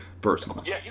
Personally